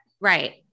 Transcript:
Right